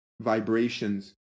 vibrations